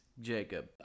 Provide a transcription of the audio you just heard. Jacob